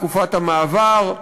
תקופת המעבר,